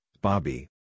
Bobby